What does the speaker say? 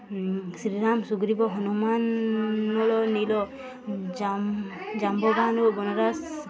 ଶ୍ରୀରାମ ସୁଗ୍ରୀବ ହନୁମାନର ନୀଳ ଜା ଜାମ୍ବବାନ ବନରାସ